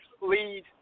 lead